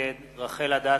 נגד רחל אדטו,